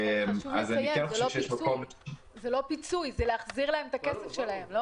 חשוב לציין: זה לא פיצוי, זה החזרת הכסף שלהם.